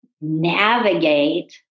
navigate